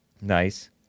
Nice